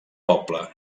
poble